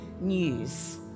news